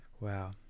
Wow